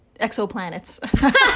exoplanets